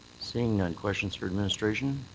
seeing none, questions for administration.